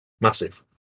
massive